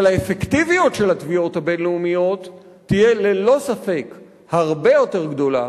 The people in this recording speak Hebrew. אבל האפקטיביות של התביעות הבין-לאומיות תהיה ללא ספק הרבה יותר גדולה,